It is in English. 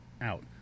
out